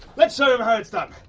let's show him how it's done.